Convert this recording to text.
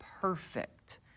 perfect